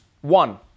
One